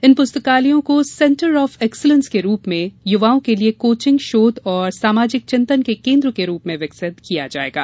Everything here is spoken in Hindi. इन पुस्तकालयों को सेंटर ऑफ एक्सीलेंस के रूप में युवाओं के लिये कोचिंग शोध और सामाजिक चिंतन के केन्द्र के रूप में विकसित किया जायेगा